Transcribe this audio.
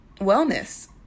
wellness